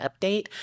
update